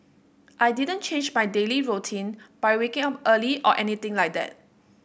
I didn't change my daily routine by waking up early or anything like that